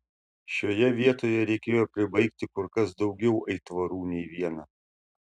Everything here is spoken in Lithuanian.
šioje vietoje reikėjo pribaigti kur kas daugiau aitvarų nei vieną